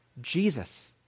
Jesus